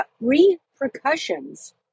repercussions